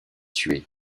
tuer